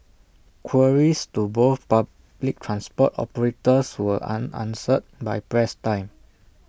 queries to both public transport operators were unanswered by press time